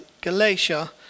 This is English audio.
Galatia